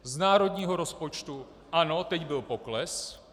Z národního rozpočtu, ano, teď byl pokles.